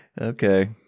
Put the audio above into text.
Okay